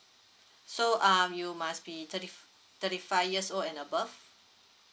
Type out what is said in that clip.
so um you must be thirty thirty five years old and above